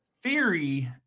Theory